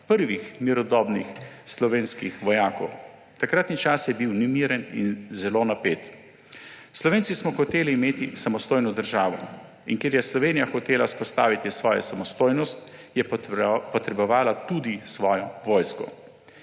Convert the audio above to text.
prvih mirnodobnih slovenskih vojakov. Takratni čas je bil nemiren in zelo napet. Slovenci smo hoteli imeti samostojno državo in ker je Slovenija hotela vzpostaviti svojo samostojnost, je potrebovala tudi svojo vojsko.